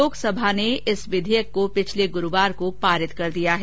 लोकसभा ने इस विधेयक को पिछले गुरूवार को पारितकर दिया है